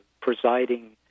presiding